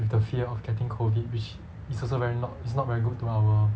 with the fear of getting COVID which is also very not is not very good to our